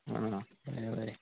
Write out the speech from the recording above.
आं बरें बरें